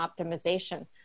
optimization